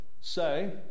say